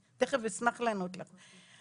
אני תיכף אשמח לענות לך.